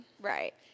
right